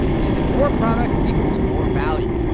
which is that more product equals more value.